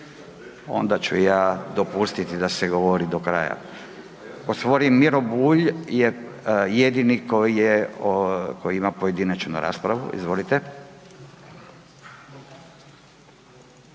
onda ću ja dopustiti da se govori do kraja. Gospodin Miro Bulj je jedini koji je, koji ima pojedinačnu raspravu. Izvolite.